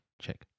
check